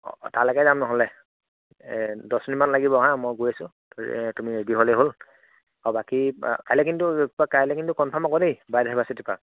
অ' তালৈকে যাম নহ'লে দহ মিনিটমান লাগিব হা মই গৈ আছোঁ তুমি ৰেদি হ'লেই হ'ল আও বাকী কাইলৈ কিন্তু কাইলৈ কিন্তু কনফাম আকৌ দেই বায়ডাইভাৰ্চিটি পাৰ্ক